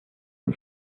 him